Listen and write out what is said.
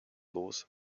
los